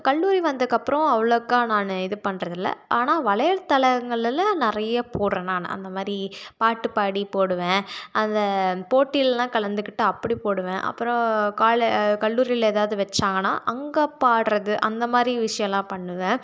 கல்லூரி வந்தக்கப்புறோம் அவ்வளோக்கா நான் இது பண்ணுறதில்ல ஆனால் வலைய தளங்களில் நிறைய போடுறேன் நான் அந்த மாதிரி பாட்டு பாடி போடுவேன் அந்த போட்டிலெலாம் கலந்துக்கிட்டு அப்படி போடுவேன் அப்பறம் கால கல்லூரியில ஏதாவுது வச்சாங்கன்னா அங்கே பாடுறது அந்த மாதிரி விஷயோலாம் பண்ணுவேன்